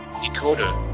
decoder